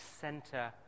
center